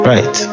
Right